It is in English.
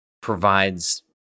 provides